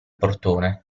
portone